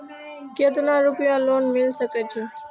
केतना रूपया लोन मिल सके छै?